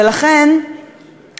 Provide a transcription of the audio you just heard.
ולכן, אני